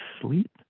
sleep